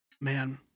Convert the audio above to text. man